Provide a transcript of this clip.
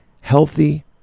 healthy